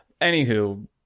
anywho